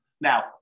Now